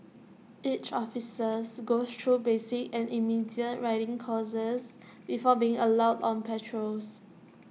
each officers goes through basic and intermediate riding courses before being allowed on patrols